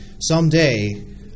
someday